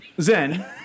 Zen